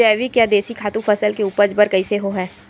जैविक या देशी खातु फसल के उपज बर कइसे होहय?